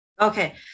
Okay